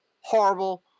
horrible